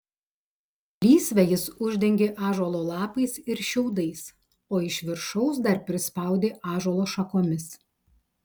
lysvę jis uždengė ąžuolo lapais ir šiaudais o iš viršaus dar prispaudė ąžuolo šakomis